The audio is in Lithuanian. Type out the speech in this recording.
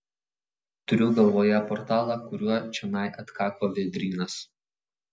turiu galvoje portalą kuriuo čionai atkako vėdrynas